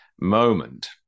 moment